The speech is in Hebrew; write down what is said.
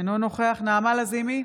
אינו נוכח נעמה לזימי,